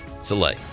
Soleil